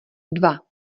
dva